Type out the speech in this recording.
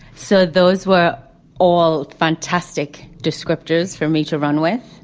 so those were all fantastic descriptors for me to run with.